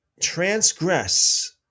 transgress